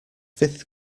fifth